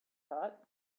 thought